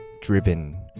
driven